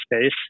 space